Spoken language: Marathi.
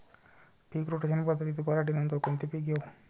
पीक रोटेशन पद्धतीत पराटीनंतर कोनचे पीक घेऊ?